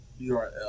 URL